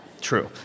true